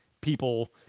people